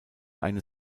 eines